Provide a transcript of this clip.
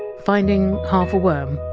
and finding half a worm.